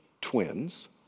twins